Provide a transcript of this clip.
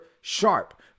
sharp